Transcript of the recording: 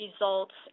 Results